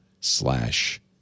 slash